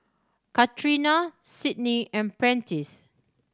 Catrina Sydni and Prentiss